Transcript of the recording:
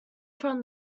from